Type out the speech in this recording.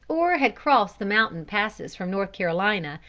or had crossed the mountain passes from north carolina,